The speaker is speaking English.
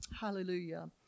hallelujah